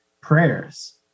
prayers